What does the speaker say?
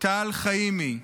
טל חיימי,